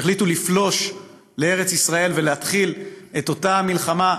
שהחליטו לפלוש לארץ ישראל ולהתחיל את אותה מלחמה,